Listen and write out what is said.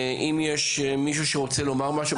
אם יש מישהו מהשלטון המקומי שרוצה לומר משהו,